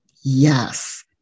yes